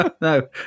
no